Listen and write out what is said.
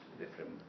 different